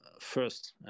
first